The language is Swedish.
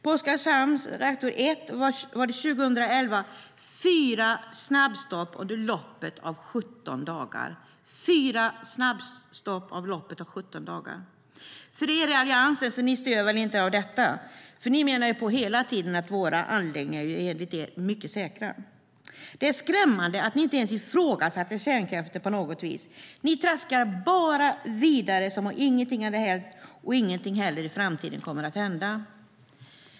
I Oskarshamns reaktor 1 var det 2011 fyra snabbstopp under loppet av 17 dagar. Ni i Alliansen störs väl inte av detta, för ni menar hela tiden att våra anläggningar är mycket säkra. Det är skrämmande att ni inte ifrågasätter kärnkraften på något vis. Ni traskar bara vidare som om ingenting hänt och som om ingenting heller kommer att hända i framtiden.